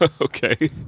Okay